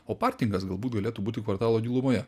o parkingas galbūt galėtų būti kvartalo gilumoje